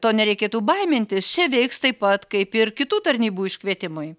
to nereikėtų baimintis čia veiks taip pat kaip ir kitų tarnybų iškvietimui